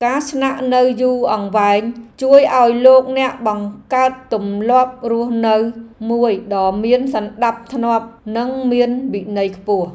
ការស្នាក់នៅយូរអង្វែងជួយឱ្យលោកអ្នកបង្កើតទម្លាប់រស់នៅមួយដ៏មានសណ្ដាប់ធ្នាប់និងមានវិន័យខ្ពស់។